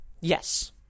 Yes